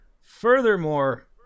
Furthermore